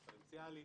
דיפרנציאלי.